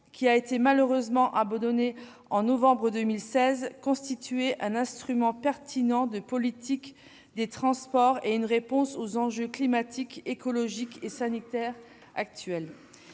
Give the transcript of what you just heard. qui a été malheureusement abandonné en novembre 2016, constituait un instrument pertinent de politique des transports et une réponse aux enjeux climatiques, écologiques et sanitaires actuels.